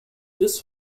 this